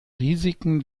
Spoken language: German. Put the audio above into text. risiken